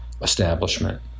establishment